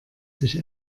sich